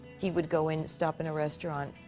he would go in, stop in a restaurant,